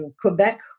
Quebec